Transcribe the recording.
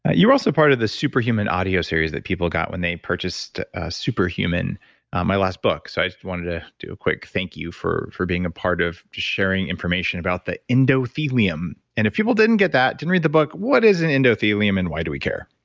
you're also part of the super human audio series that people got when they purchased super human my last book, so i just wanted to do a quick thank you for for being a part of sharing information about the endothelium. and if people didn't get that, didn't read the book, what is and endothelium and why do we care?